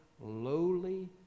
lowly